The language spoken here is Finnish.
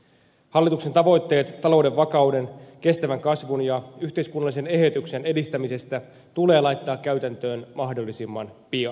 hallituksen tavoitteet talouden vakauden kestävän kasvun ja yhteiskunnallisen eheytyksen edistämisestä tulee laittaa käytäntöön mahdollisimman pian